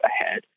ahead